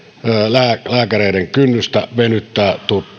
kynnystä venyttää